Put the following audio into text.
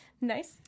Nice